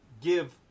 give